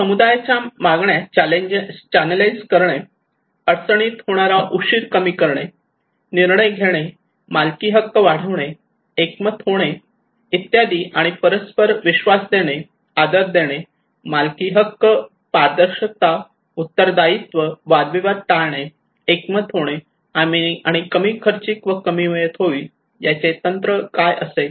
आणि समुदायाच्या मागण्या चांनेलाइज करणे अडचणीत होणारा उशीर कमी करणे निर्णय घेणे मालकी हक्क वाढवणे एकमत होणे इत्यादी आणि परस्पर विश्वास देणे आदर देणे मालकीहक्क पारदर्शकता उत्तर दायित्व वादविवाद टाळणे एकमत होणे आणि कमी खर्चिक व कमी वेळेत होईल याचे तंत्र काय असेल